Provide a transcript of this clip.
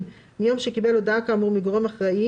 מיום שקיבל הודעה כאמור מגורם אחראי,